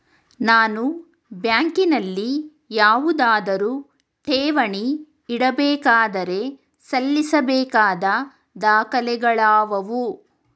ನಾನು ಬ್ಯಾಂಕಿನಲ್ಲಿ ಯಾವುದಾದರು ಠೇವಣಿ ಇಡಬೇಕಾದರೆ ಸಲ್ಲಿಸಬೇಕಾದ ದಾಖಲೆಗಳಾವವು?